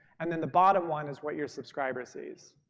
and then the bottom one is what your subscriber sees.